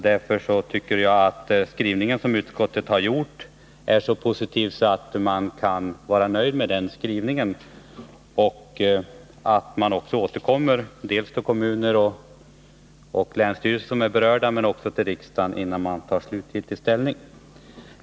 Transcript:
Jag tycker att utskottets skrivning är så positiv att man kan vara nöjd med den, och man får återkomma till de kommuner och de länsstyrelser som är berörda men också till riksdagen innan man tar slutgiltig ställning.